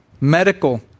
Medical